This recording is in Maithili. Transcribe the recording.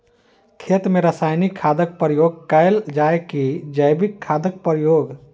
खेत मे रासायनिक खादक प्रयोग कैल जाय की जैविक खादक प्रयोग?